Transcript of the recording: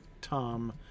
Tom